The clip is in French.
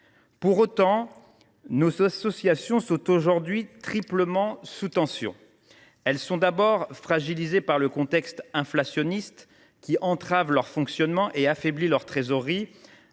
Pour autant, nos associations sont aujourd’hui triplement sous tension. Elles sont d’abord fragilisées par le contexte inflationniste, qui entrave leur fonctionnement et affaiblit leur trésorerie.